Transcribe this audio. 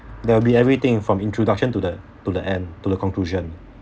there will be everything from introduction to the to the end to the conclusion